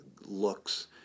looks